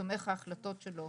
מתומך ההחלטות שלו